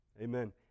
Amen